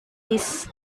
bis